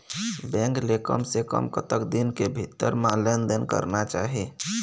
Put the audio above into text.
Bank ले कम से कम कतक दिन के भीतर मा लेन देन करना चाही?